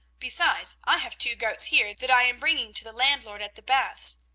besides, i have two goats here, that i am bringing to the landlord at the baths.